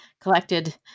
collected